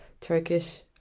turkish